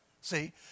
See